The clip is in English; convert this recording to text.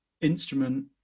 instrument